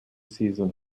season